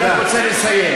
אני רק רוצה לסיים,